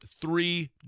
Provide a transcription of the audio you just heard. three